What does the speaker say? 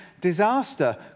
disaster